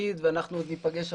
ההנחות.